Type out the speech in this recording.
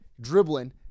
dribbling